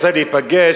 רוצה להיפגש,